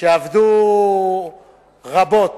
שעבדו רבות